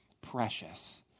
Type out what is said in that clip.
precious